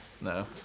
no